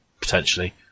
potentially